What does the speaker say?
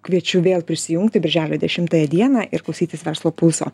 kviečiu vėl prisijungti birželio dešimtąją dieną ir klausytis verslo pulso